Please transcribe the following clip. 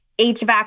HVAC